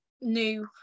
new